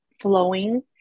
flowing